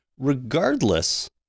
Regardless